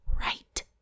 right